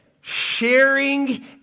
sharing